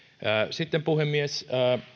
sitten puhemies